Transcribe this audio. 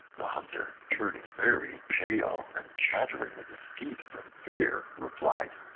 the hunter, turning very pale and chattering with his teeth from fear, replied,